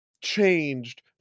Changed